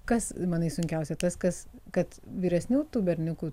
kas manai sunkiausia tas kas kad vyresnių berniukų